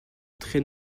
très